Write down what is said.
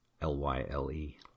L-Y-L-E